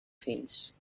fills